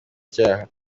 icyaha